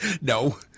no